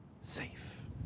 safe